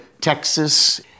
Texas